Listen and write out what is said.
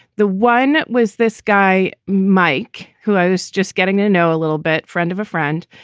the one was this guy, mike, who i was just getting to know a little bit, friend of a friend.